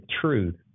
truth